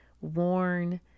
worn